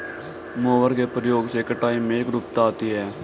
mower के प्रयोग से कटाई में एकरूपता आती है